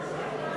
אפשר לשאול שאלה,